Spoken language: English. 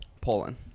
Poland